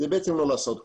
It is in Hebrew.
זה בעצם לא לעשות כלום.